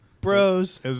Bros